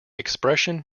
expression